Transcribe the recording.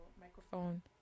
microphone